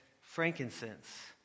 frankincense